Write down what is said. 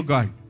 God